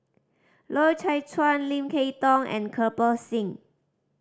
Loy Chye Chuan Lim Kay Tong and Kirpal Singh